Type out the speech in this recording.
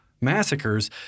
massacres